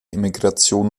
emigration